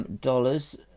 dollars